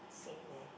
same leh